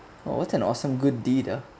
oh what an awesome good deed